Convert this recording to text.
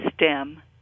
stem